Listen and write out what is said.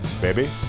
Baby